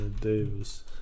Davis